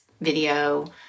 video